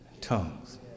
tongues